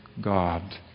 God